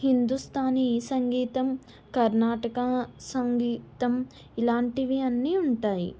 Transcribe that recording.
హిందుస్తానీ సంగీతం కర్ణాటక సంగీతం ఇలాంటివి అన్నీ ఉంటాయి